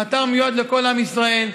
האתר מיועד לכל עם ישראל.